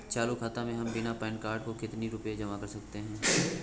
चालू खाता में हम बिना पैन कार्ड के कितनी रूपए जमा कर सकते हैं?